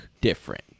different